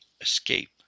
escape